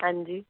ہانجی